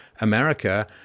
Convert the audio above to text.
America